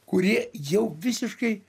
kurie jau visiškai